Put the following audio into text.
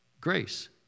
Grace